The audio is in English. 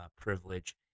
privilege